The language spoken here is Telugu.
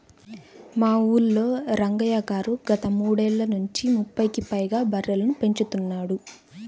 మా ఊల్లో రంగయ్య గారు గత మూడేళ్ళ నుంచి ముప్పైకి పైగా బర్రెలని పెంచుతున్నాడు